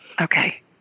Okay